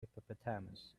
hippopotamus